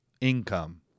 income